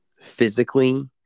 physically